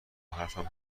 حرفم